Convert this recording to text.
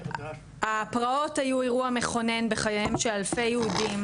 הפרעות היו אירוע מכונן בחייהם שאלפי יהודים